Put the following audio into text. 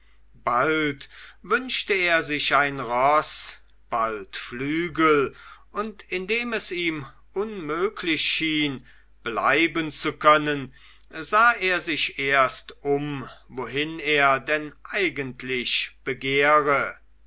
bald wünschte er sich ein roß bald flügel und indem es ihm unmöglich schien bleiben zu können sah er sich erst um wohin er denn eigentlich begehre